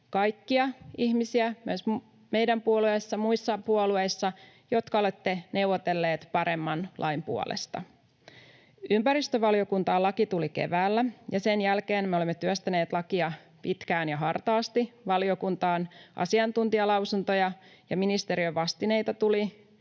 kaikkia ihmisiä meidän puolueessa ja muissa puolueissa, jotka olette neuvotelleet paremman lain puolesta. Ympäristövaliokuntaan laki tuli keväällä, ja sen jälkeen me olemme työstäneet lakia pitkään ja hartaasti. Valiokuntaan asiantuntijalausuntoja ja ministeriön vastineita tuli